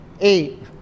eight